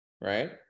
right